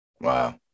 Wow